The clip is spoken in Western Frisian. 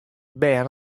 bern